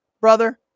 brother